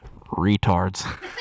Retards